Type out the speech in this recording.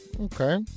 Okay